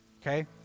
okay